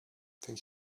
thank